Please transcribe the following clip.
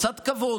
קצת כבוד.